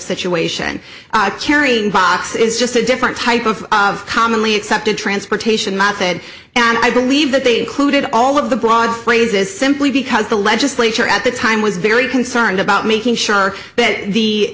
situation carrying box is just a different type of commonly accepted transportation mounted and i believe that they included all of the broad phrases simply because the legislature at the time was very concerned about making sure that the